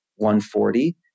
140